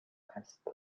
است